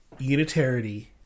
unitarity